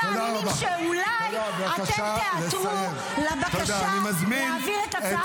הם מאמינים שאולי אתם תיעתרו לבקשה להעביר את הצעת החוק הזו.